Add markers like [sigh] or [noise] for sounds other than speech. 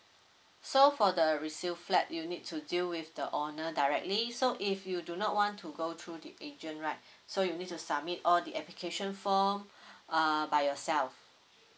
so for the resale flat you need to deal with the owner directly so if you do not want to go through the agent right [breath] so you need to submit all the application form [breath] uh by yourself